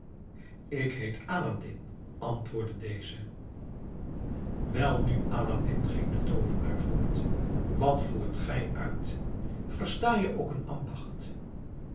ik heet aladdin antwoordde deze welnu aladdin ging de toovenaar voort wat voert gij uit versta je ook een ambacht